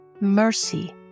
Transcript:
mercy